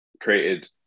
created